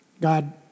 God